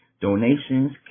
Donations